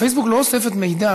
פייסבוק אוספת מידע,